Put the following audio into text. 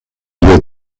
due